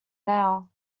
now